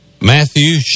Matthew